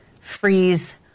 freeze